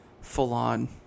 full-on